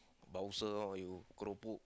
bouncer ah you keropok